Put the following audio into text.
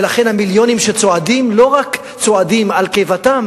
ולכן המיליונים שצועדים לא רק צועדים על קיבתם